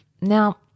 Now